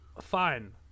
fine